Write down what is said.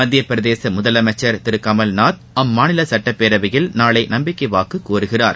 மத்திய பிரதேச முதலமைச்சர் திரு கமல்நாத் அம்மாநில சட்டப்பேரவையில் நாளை நம்பிக்கை வாக்கு கோருகிறார்